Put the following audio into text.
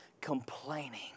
complaining